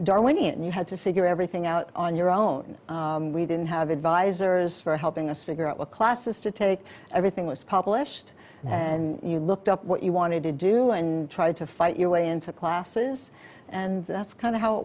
darwinian and you had to figure everything out on your own we didn't have advisors for helping us figure out what classes to take everything was published and you looked up what you wanted to do and tried to fight your way into classes and that's kind of how it